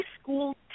school